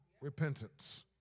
repentance